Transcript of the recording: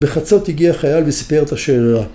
בחצות הגיע חייל וסיפר את השאלה.